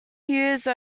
use